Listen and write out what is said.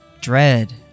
Dread